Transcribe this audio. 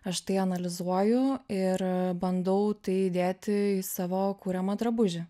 aš tai analizuoju ir bandau tai įdėti į savo kuriamą drabužį